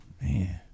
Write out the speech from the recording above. Man